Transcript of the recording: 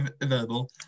available